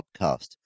podcast